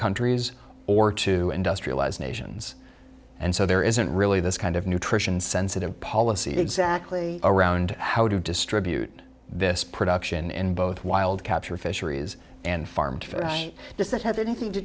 countries or two industrialized nations and so there isn't really this kind of nutrition sensitive policy exactly around how to distribute this production in both wild capture fisheries and farm does that have anything to